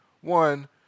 One